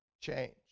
change